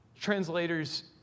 Translators